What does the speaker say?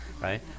right